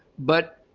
but